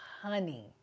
honey